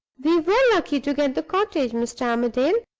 we were lucky to get the cottage, mr. armadale.